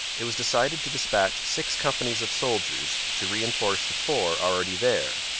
it was decided to dispatch six companies of soldiers to reinforce the four already there,